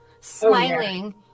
smiling